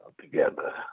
together